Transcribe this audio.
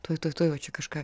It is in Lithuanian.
tuoj tuoj tuoj va čia kažką